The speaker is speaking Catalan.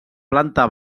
planta